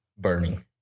burning